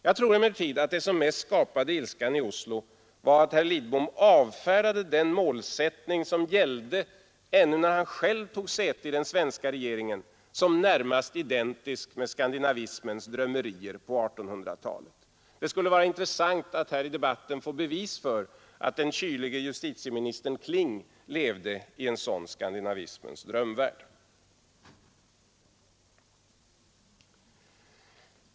Jag tror emellertid att det som mest skapade ilskan i Oslo var att herr Lidbom avfärdade den målsättning som gällde ännu när han själv tog säte i den svenska regeringen som närmast identisk med skandinavismens drömmerier på 1800-talet. Det skulle vara intressant att här i debatten få bevis för att den kylige justitieministern Kling levde i en sådan skandinavismens drömvärld.